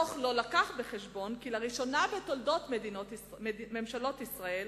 הדוח לא הביא בחשבון כי לראשונה בתולדות ממשלות ישראל